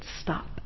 stop